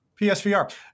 PSVR